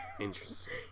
Interesting